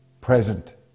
Present